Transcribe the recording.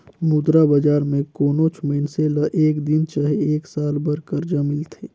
मुद्रा बजार में कोनोच मइनसे ल एक दिन चहे एक साल बर करजा मिलथे